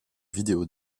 vidéos